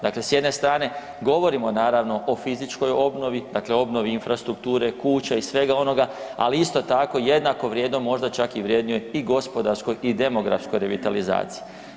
Dakle, s jedne strane govorimo naravno o fizičkoj obnovi, dakle obnovi infrastrukture kuća i svega onoga, ali isto tako jednako vrijedno možda čak i vrednije i gospodarskoj i demografskoj revitalizaciji.